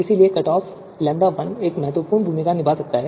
इसलिए cut off स्तर λ1 एक महत्वपूर्ण भूमिका निभा सकता है